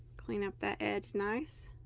clean up that edge nice